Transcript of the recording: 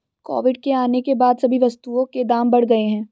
Covid के आने के बाद सभी वस्तुओं के दाम बढ़ गए हैं